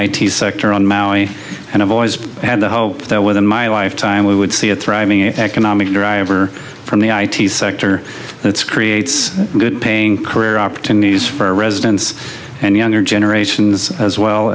t sector on maui and i've always had the hope that within my lifetime we would see a thriving economic driver from the i t sector and it's creates good paying career opportunities for residents and younger generations as well